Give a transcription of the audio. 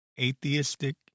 atheistic